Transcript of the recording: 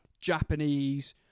Japanese